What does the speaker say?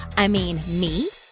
i mean me,